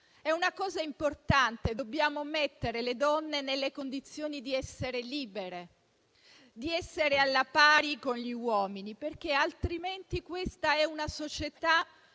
È una cosa importante: dobbiamo mettere le donne nelle condizioni di essere libere, di essere alla pari con gli uomini, altrimenti questa è una società